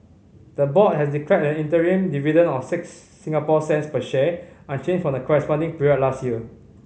the board has declared an interim dividend of six Singapore cents per share unchanged from the corresponding period last year